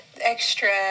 extra